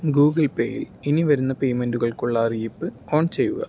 Google പേയിൽ ഇനി വരുന്ന പേയ്മെൻറ്റുകൾക്കുള്ള അറിയിപ്പ് ഓൺ ചെയ്യുക